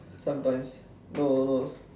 sometimes no no